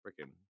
freaking